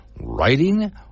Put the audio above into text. writing